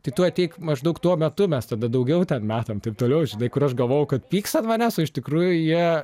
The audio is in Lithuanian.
tai tu ateik maždaug tuo metu mes tada daugiau ten metam taip toliau žinai kur aš galvojau kad pyks ant manęs o iš tikrųjų jie